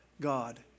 God